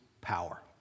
power